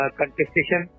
contestation